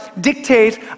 dictate